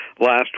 last